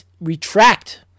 retract